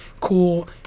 Cool